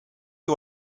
you